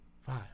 Five